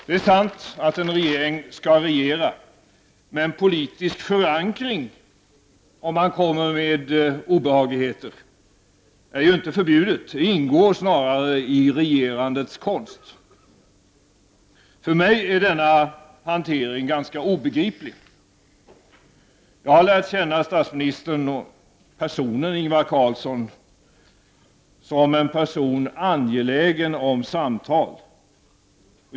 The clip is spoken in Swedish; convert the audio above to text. Det är sant att en regering skall regera, men det är inte förbjudet med politisk förankring om man kommer med obehagliga förslag. Det ingår snarare i regerandets konst. För mig är denna hantering ganska obegriplig. Jag har lärt känna statsministern och personen Ingvar Carlsson som en person som är angelägen om samtal.